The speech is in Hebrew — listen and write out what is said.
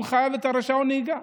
חייב את רישיון הנהיגה.